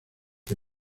que